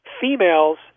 females